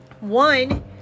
One